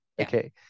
okay